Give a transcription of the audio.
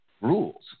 rules